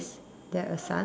there a sun